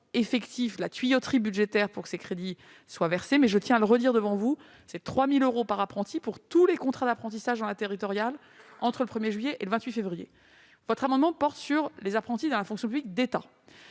effectif, la tuyauterie budgétaire pour que ces crédits soient versés, mais, je tiens à le redire devant vous, ce sont 3 000 euros par apprenti pour tous les contrats d'apprentissage dans la fonction publique territoriale entre le 1 juillet et le 28 février. Votre amendement porte sur les apprentis dans la fonction publique d'État.